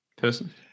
person